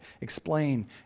explain